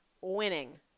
winning